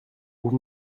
vous